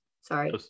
sorry